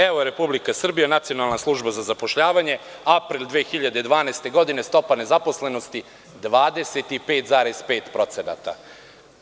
Evo, Republika Srbije Nacionalna služba za zapošljavanje, aprila 2012. godine, stopa nezaposlenosti 25,5%